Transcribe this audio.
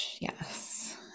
yes